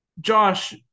Josh